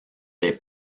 les